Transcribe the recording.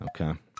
Okay